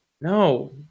No